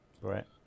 Right